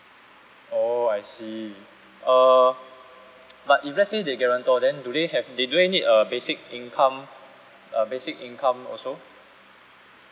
oh I see uh but if let's say they guarantor then do they have they do they need a basic income a basic income also